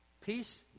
Peace